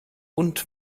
und